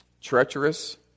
treacherous